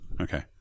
okay